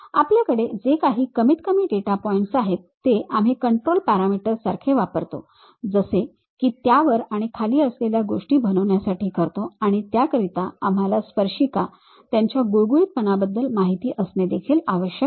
आपल्याकडे जे काही कमीत कमी डेटा पॉइंट्स आहेत ते आम्ही कंट्रोल पॅरामीटर्स सारखे वापरतो जसे की त्या वर आणि खाली असलेल्या गोष्टी बनवण्यासाठी करतो आणि त्याकरिता आम्हाला स्पर्शिका त्यांच्या गुळगुळीतपणाबद्दल माहिती असणे देखील आवश्यक आहे